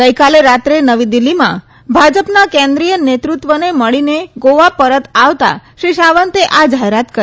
ગઈકાલે રાત્રે નવી દિલ્ફીમાં ભાજપના કેન્દ્રીય નેતૃત્વને મળીને ગોવા પરત આવતા શ્રી સાવંતે આ જાહેરાત કરી